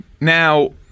Now